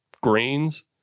grains